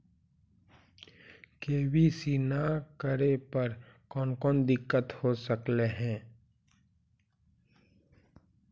KYC न करे पर कौन कौन दिक्कत हो सकले हे?